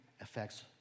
affects